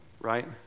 right